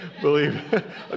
Believe